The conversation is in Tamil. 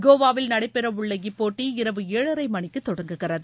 கோவாவில் நடைபெறவுள்ள இப்போட்டி இரவு ஏழரை மணிக்கு தொடங்குகிறது